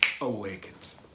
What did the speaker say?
awakens